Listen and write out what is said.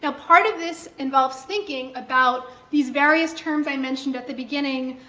ah part of this involves thinking about these various terms i mentioned at the beginning,